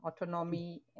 autonomy